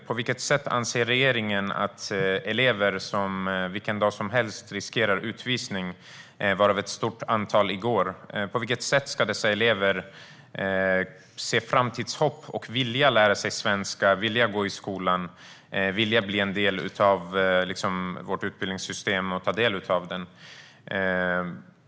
På vilket sätt anser regeringen att elever som vilken dag som helst riskerar utvisning - ett stort antal i går - ska se framtidshopp och vilja lära sig svenska, vilja gå i skolan, vilja bli en del av vårt utbildningssystem?